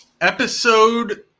Episode